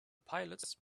pilots